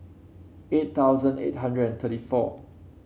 eight thousand eight hundred and thirty four